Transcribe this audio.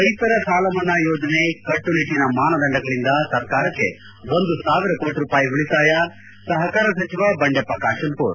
ರೈತರ ಸಾಲಮನ್ನಾ ಯೋಜನೆ ಕಟ್ಟುನಿಟ್ಟಿನ ಮಾನದಂಡಗಳಿಂದ ಸರ್ಕಾರಕ್ಕೆ ಒಂದು ಸಾವಿರ ಕೋಟಿ ರೂಪಾಯಿ ಉಳಿತಾಯ ಸಹಕಾರ ಸಚಿವ ಬಂಡೆಪ್ಪ ಕಾಶಂಪೂರ್